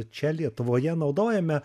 čia lietuvoje naudojame